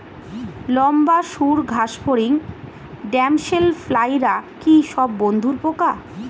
লম্বা সুড় ঘাসফড়িং ড্যামসেল ফ্লাইরা কি সব বন্ধুর পোকা?